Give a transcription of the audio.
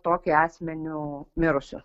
tokį asmeniu mirusiu